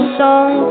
song